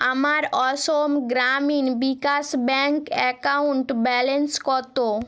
আমার Assam Gramin Vikash bank account balance কত